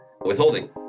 withholding